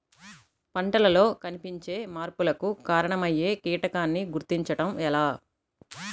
పంటలలో కనిపించే మార్పులకు కారణమయ్యే కీటకాన్ని గుర్తుంచటం ఎలా?